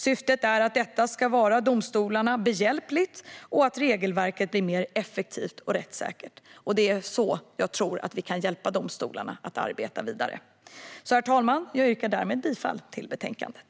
Syftet är att detta ska vara domstolarna behjälpligt och att regelverket ska bli mer effektivt och rättssäkert. Det är så jag tror att vi kan hjälpa domstolarna att arbeta vidare. Herr talman! Jag yrkar bifall till förslaget i betänkandet.